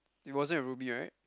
it wasn't your roomie right